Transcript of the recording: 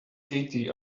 katie